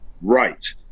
right